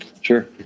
Sure